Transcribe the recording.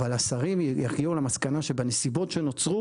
אבל השרים יגיעו למסקנה שבנסיבות שנוצרו